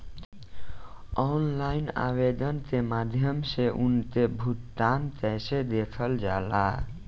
Online आवेदन के माध्यम से उनके भुगतान कैसे देखल जाला?